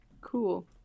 Cool